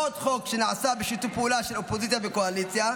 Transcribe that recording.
עוד חוק שנעשה בשיתוף פעולה של אופוזיציה וקואליציה,